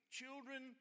children